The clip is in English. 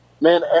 Man